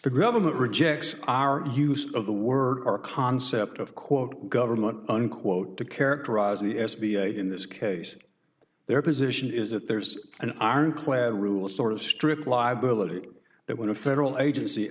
the government rejects our use of the word or concept of quote government unquote to characterize the s b a in this case their position is that there's an iron clad rule a sort of strict liability that when a federal agency